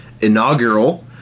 inaugural